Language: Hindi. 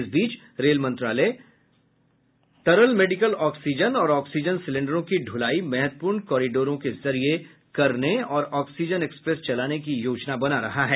इस बीच रेल मंत्रालय तरल मेडिकल ऑक्सीजन और ऑक्सीजन सिलेण्डरों की ढुलाई महत्वपूर्ण कॉरिडोरों के जरिए करने और ऑक्सीजन एक्सप्रेस चलाने की योजना बना रहा है